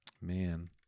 Man